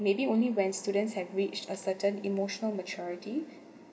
maybe only when students have reached a certain emotional maturity